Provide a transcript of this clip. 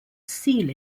seal